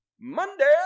Monday